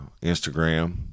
Instagram